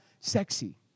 sexy